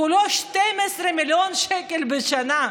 כולו 12 מיליון שקל בשנה,